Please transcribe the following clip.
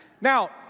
Now